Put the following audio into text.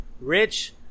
rich